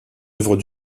œuvre